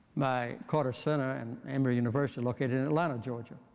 my carter center and emory university located in atlanta, georgia,